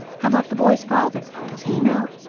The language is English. how about the boy's father? does he know?